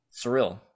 surreal